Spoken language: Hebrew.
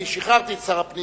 אני שחררתי את שר הפנים,